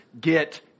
get